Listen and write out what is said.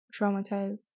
traumatized